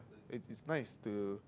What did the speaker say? it it's nice to